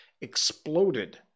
exploded